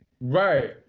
Right